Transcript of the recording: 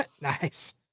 Nice